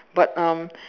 but um